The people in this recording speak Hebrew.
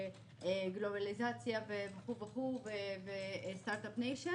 גלובליזציה וכולי וסטארט-אפ ניישן